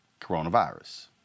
coronavirus